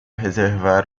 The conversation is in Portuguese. reservar